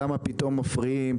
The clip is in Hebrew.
למה פתאום מפריעים,